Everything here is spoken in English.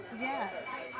Yes